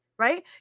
Right